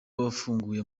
wafunguye